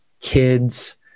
kids-